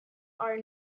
are